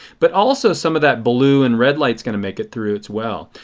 but also some of that blue and red light is going to make it through as well.